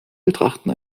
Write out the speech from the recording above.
betrachten